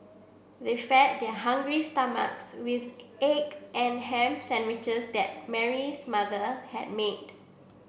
they fed their hungry stomachs with egg and ham sandwiches that Mary's mother had made